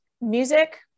music